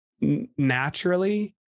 naturally